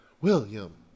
William